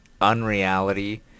unreality